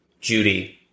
Judy